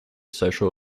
social